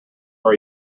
our